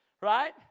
Right